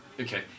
Okay